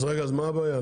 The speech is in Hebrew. אז מה הבעיה?